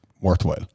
worthwhile